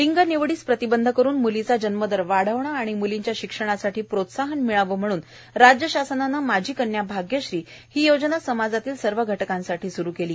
लिंग निवडीस प्रतिबंध करून म्लीचा जन्मदर वाढविणे आणि म्लींच्या शिक्षणासाठी प्रोत्साहन मिळावे म्हणून राज्य शासनाने माझी कन्या भाग्यश्री ही योजना समाजातील सर्व घटकांसाठी सूरू केली